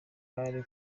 gare